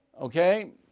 okay